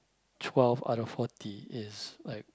twelve out of forty it's like